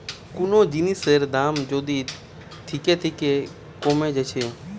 কুনো জিনিসের দাম যদি থিকে থিকে কোমে যাচ্ছে